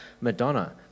Madonna